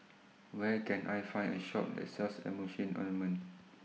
Where Can I Find A Shop that sells Emulsying Ointment